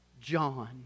John